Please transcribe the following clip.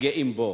גאים בו,